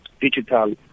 digital